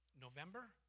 November